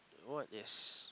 what is